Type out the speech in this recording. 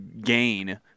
gain